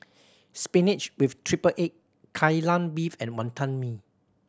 spinach with triple egg Kai Lan Beef and Wantan Mee